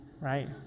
right